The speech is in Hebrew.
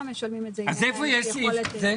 איך הם משלמים את זה אם אין יכולת תפעולית?